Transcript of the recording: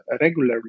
regularly